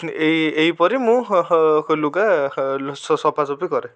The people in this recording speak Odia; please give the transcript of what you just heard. ଏହି ଏହିପରି ମୁଁ ଲୁଗା ସଫାସଫି କରେ